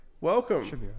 Welcome